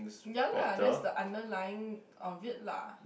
yah lah there's the underlying of it lah